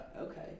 Okay